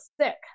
sick